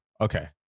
Okay